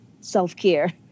self-care